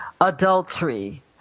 adultery